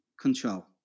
control